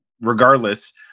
regardless